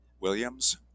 Williams